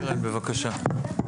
קרן, בקשה.